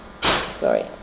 sorry